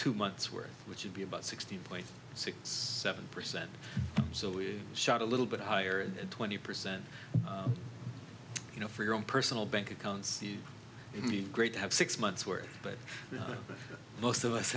two months worth which would be about sixteen point six seven percent so we shot a little bit higher than twenty percent you know for your own personal bank accounts great to have six months worth but most of us